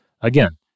again